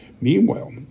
Meanwhile